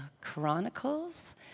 Chronicles